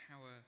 power